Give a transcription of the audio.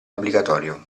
obbligatorio